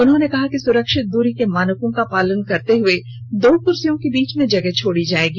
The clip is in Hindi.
उन्होंने कहा कि सुरक्षित दूरी के मानकों का पालन करते हुए दो कुर्सियों से बीच में जगह छोड़ी जाएगी